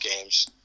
games